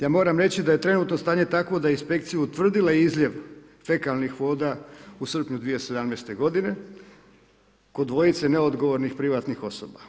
Ja moram reći da je trenutno stanje takvo da je inspekcija utvrdila izljev fekalnih voda u srpnju 2017. godine kod dvojice neodgovornih privatnih osoba.